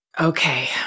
Okay